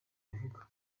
avuga